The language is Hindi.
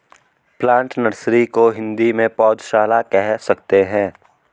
प्लांट नर्सरी को हिंदी में पौधशाला कह सकते हैं